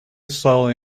slowly